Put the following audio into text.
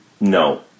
No